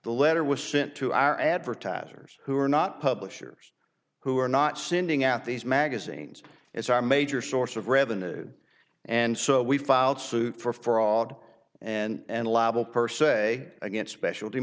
the letter was sent to our advertisers who are not publishers who are not sending out these magazines as our major source of revenue and so we filed suit for fraud and allowable per se against specialty